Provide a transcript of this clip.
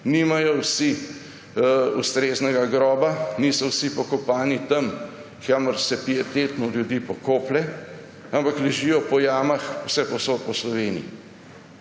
nimajo vsi ustreznega groba, niso vsi pokopani tam, kamor se pietetno ljudi pokoplje, ampak ležijo po jamah vsepovsod po Sloveniji.